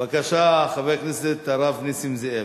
בבקשה, חבר הכנסת הרב נסים זאב.